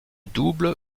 double